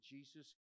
Jesus